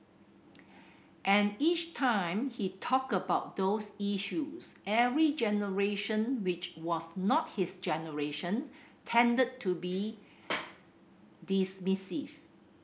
and each time he talked about those issues every generation which was not his generation tended to be dismissive